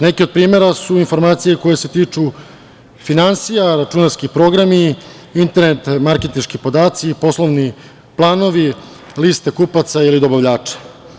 Neke od primera su informacije koje se tiču finansija, računarski programi, internet marketinški podaci, poslovni planovi, liste kupaca ili dobavljača.